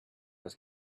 was